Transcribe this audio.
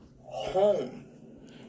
home